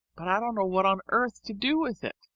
but i don't know what on earth to do with it.